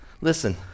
listen